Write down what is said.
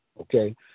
okay